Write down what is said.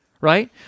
Right